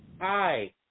Hi